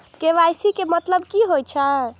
KYC के मतलब कि होई छै?